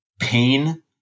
pain